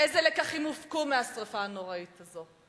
איזה לקחים הופקו מהשרפה הנוראית הזאת?